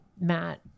Matt